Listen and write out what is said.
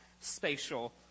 spatial